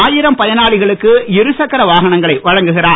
ஆயிரம் பயனாளிகளுக்கு இருசக்கர வாகனங்களை வழங்குகிறார்